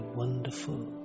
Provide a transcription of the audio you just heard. wonderful